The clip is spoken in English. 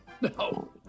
No